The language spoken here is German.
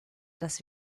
dass